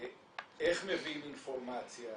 איך מביאים אינפורמציה,